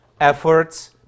efforts